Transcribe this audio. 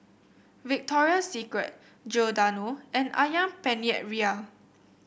Victoria Secret Giordano and ayam Penyet Ria